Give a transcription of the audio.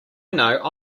know